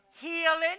healing